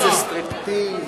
איזה סטריפטיז,